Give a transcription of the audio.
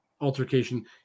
altercation